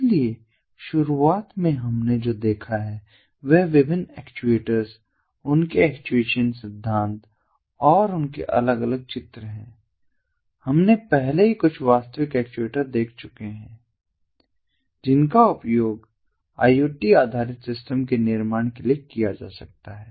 इसलिए शुरुआत में हमने जो देखा है वह विभिन्न एक्चुएटर्स उनके एक्चुएशन सिद्धांत और उनके अलग अलग चित्र हैं हमने पहले ही कुछ वास्तविक एक्चुएटर्स देखे चुके हैं जिनका उपयोग IoT आधारित सिस्टम के निर्माण के लिए किया जा सकता है